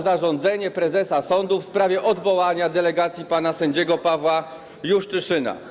zarządzenie prezesa sądu w sprawie odwołania delegacji pana sędziego Pawła Juszczyszyna.